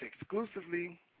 exclusively